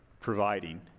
providing